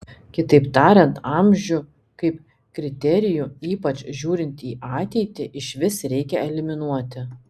kitaip tariant amžių kaip kriterijų ypač žiūrint į ateitį išvis reikia eliminuoti